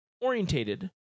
orientated